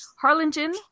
Harlingen